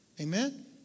Amen